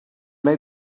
made